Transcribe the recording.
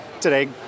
today